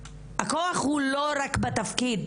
הכוח הוא לא רק בתפקיד.